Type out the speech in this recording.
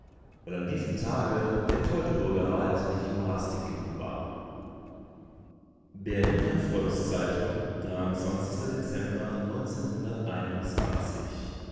an diesem tage der teutoburger wald nicht morastig genug war berliner volks-zeitung dezember